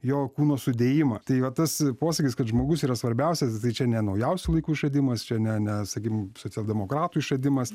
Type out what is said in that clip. jo kūno sudėjimą tai va tas posakis kad žmogus yra svarbiausias jisai čia ne naujausių laikų išradimas čia ne ne sakykim socialdemokratų išradimas